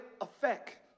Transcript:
effect